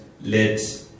let